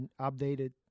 updated